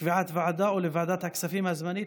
לקביעת ועדה או לוועדת הכספים הזמנית.